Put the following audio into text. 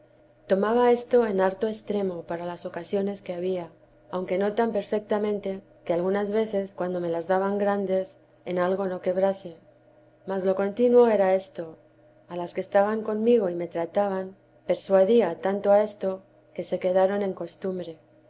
tomaba esto en harto extremo para las ocasiones que había aunque no tan perfectamente que algunas veces cuando me las daban grandes en algo no quebrase mas lo coníino era esto y ansí a las que estaban conmigo y me trataban persuadía tanto a esto que se quedaron en costumbre